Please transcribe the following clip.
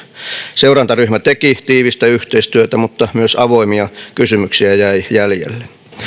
seurantaryhmä teki tiivistä yhteistyötä mutta myös avoimia kysymyksiä jäi jäljelle